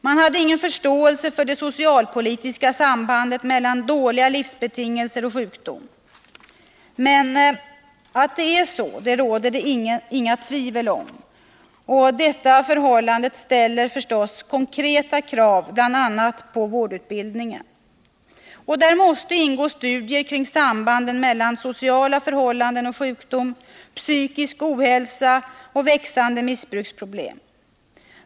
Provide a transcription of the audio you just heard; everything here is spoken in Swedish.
Man hade ingen förståelse för det socialpolitiska sambandet mellan dåliga livsbetingelser och sjukdom. Men att det föreligger ett samband råder inget tvivel om, och detta förhållande medför givetvis att konkreta krav måste ställas bl.a. på vårdutbildningen. Där måste det ingå studier kring sambanden mellan sociala förhållanden och sjukdom och mellan psykisk ohälsa och växande missbruksproblem.